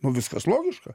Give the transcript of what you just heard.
nu viskas logiška